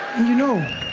you know,